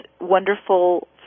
wonderful